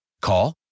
Call